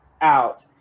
out